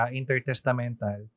intertestamental